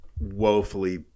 woefully